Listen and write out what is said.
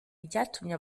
ryatumye